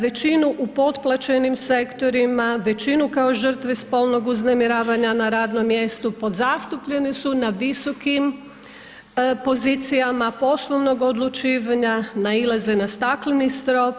Većinu u potplaćenim sektorima, većine kao žrtve spolnog uznemiravanja na radnom mjestu, podzastupljene su na visokim pozicijama, poslovnog odlučivanja, nailaze na stakleni strop.